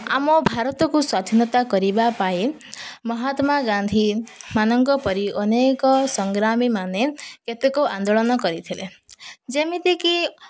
ଆମ ଭାରତକୁ ସ୍ୱାଧୀନତା କରିବା ପାଇଁ ମହାତ୍ମାଗାନ୍ଧୀ ମାନଙ୍କ ପରି ଅନେକ ସଂଗ୍ରାମୀ ମାନେ କେତେକ ଆନ୍ଦୋଳନ କରିଥିଲେ ଯେମିତିକି